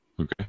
Okay